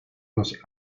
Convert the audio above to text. los